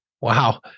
Wow